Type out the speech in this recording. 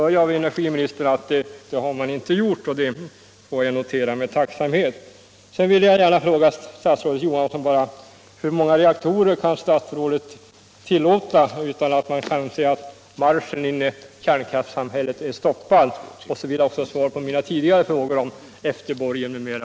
Men nu hör jag av energiministern att man inte har gjort - Om den framtida det, och det får jag notera med tacksamhet. sysselsättningen för Sedan vill jag gärna fråga statsrådet Johansson: Hur många reaktorer = anställda vid kan statsrådet tillåta utan att man kan säga att marschen in i kärnkrafts — kärnkraftsbyggen, samhället är stoppad? Så vill jag också ha svar på mina tidigare frågor — m.m.